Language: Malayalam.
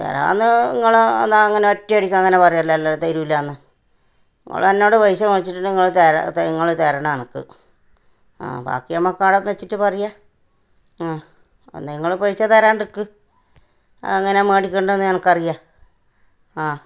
തരാമെന്ന് നിങ്ങൾ എന്നാ അങ്ങനെ ഒറ്റയടിക്ക് അങ്ങനെ പറയല്ലല്ലോ തരൂലാന്ന് നിങ്ങൾ എന്നോട് പൈസ മേടിച്ചിട്ട് ഉണ്ടെങ്കിൽ നിങ്ങൾ തര നിങ്ങൾ തരണം എനിക്ക് ആ ബാക്കി നമുക്ക് അവിടെ വെച്ചിട്ട് പറയാം ആ നിങ്ങൾ പൈസ തരാണ്ട് എനിക്ക് അതെങ്ങനാ മേടിക്കണ്ടേന്ന് എനിക്കറിയാം ആ